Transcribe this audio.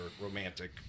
romantic